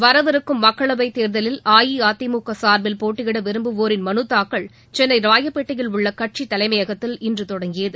வரவிருக்கும் மக்களவைத் தேர்தலில் அஇஅதிமுக சார்பில் போட்டியிட விரும்புவோரின் மனுத் தாக்கல் சென்னை ராயப்பேட்டையில் உள்ள கட்சிதலைமையகத்தில் இன்று தொடங்கியது